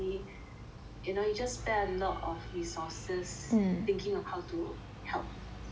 you know you just spend a lot of resources thinking of how to help yeah